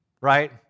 right